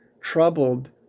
troubled